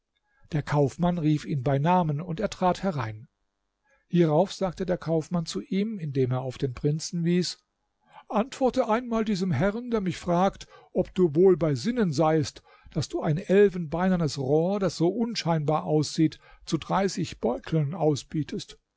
der kaufmann rief ihn bei namen und er trat herein hierauf sagte der kaufmann zu ihm indem er auf den prinzen wies antworte einmal diesem herrn der mich fragt ob du wohl bei sinnen seiest daß du ein elfenbeinernes rohr das so unscheinbar aussieht zu dreißig beuteln ausbietest